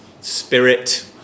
spirit